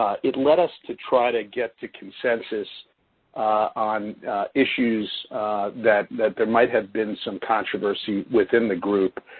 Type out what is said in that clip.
it led us to try to get to consensus on issues that that there might have been some controversy within the group.